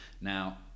Now